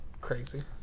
crazy